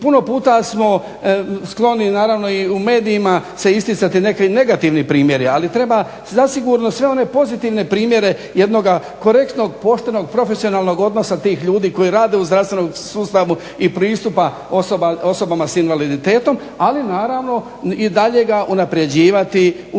puno puta smo skloni naravno i u medijima se isticati neki negativni primjeri, ali treba zasigurno sve one pozitivne primjere jednoga korektnog, poštenog, profesionalnog odnosa tih ljudi koji rade u zdravstvenom sustavu i pristupa osobama s invaliditetom, ali naravno i dalje ga unapređivati uz